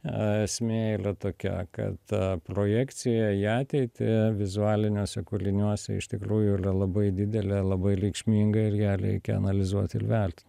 esmė ylia tokia kad projekcija į ateitį vizualiniuose kūliniuose iš tikrųjų yra labai didelė labai leikšminga ir ją reikia analizuot ir vert